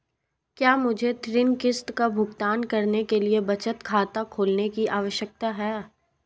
क्या मुझे ऋण किश्त का भुगतान करने के लिए बचत खाता खोलने की आवश्यकता है?